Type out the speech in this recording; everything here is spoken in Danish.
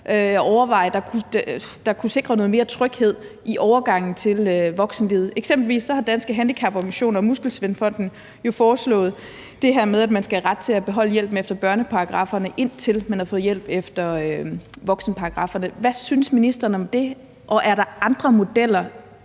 at overveje, og som kunne sikre noget mere tryghed i overgangen til voksenlivet. Eksempelvis har Danske Handicaporganisationer og Muskelsvindfonden foreslået det her med, at man skal have ret til at beholde hjælpen efter børneparagrafferne, indtil man har fået hjælp efter voksenparagrafferne. Hvad synes ministeren om det, og er der andre modeller,